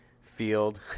field